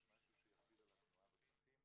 משהו שיכביד על התנועה בדרכים.